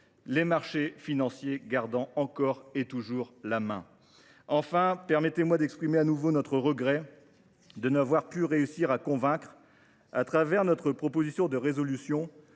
les marchés financiers gardant encore et toujours la main. Permettez moi d’exprimer de nouveau notre regret de n’avoir pas réussi à convaincre, par notre proposition de résolution,